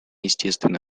естественно